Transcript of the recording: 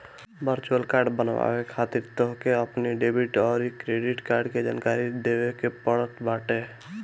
virtual card बनवावे खातिर तोहके अपनी डेबिट अउरी क्रेडिट कार्ड के जानकारी देवे के पड़त बाटे